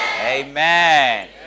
Amen